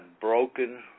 broken